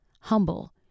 humble